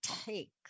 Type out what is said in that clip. take